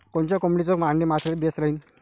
कोनच्या कोंबडीचं आंडे मायासाठी बेस राहीन?